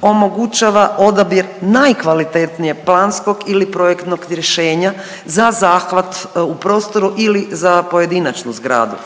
omogućava odabir najkvalitetnije planskog ili projektnog rješenja za zahvat u prostoru ili za pojedinačnu zgradu.